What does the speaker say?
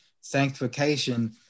Sanctification